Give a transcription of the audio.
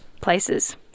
places